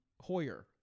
Hoyer